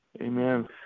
amen